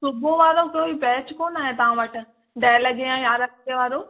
सुबुह वारो कोई बैच कोन्ह आहे तव्हां वटि ॾह लॻे या यारहं वजे वारो